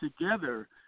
together